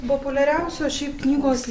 populiariausios šiaip knygos